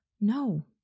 No